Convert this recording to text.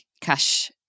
cash